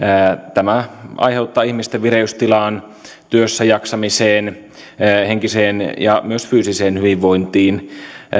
tämä aiheuttaa ihmisten vireystilaan työssäjaksamiseen henkiseen ja myös fyysiseen hyvinvointiin